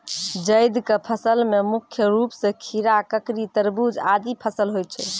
जैद क फसल मे मुख्य रूप सें खीरा, ककड़ी, तरबूज आदि फसल होय छै